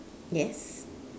yes